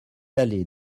allée